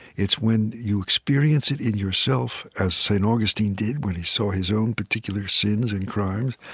it's when you experience it in yourself, as st. augustine did when he saw his own particular sins and crimes.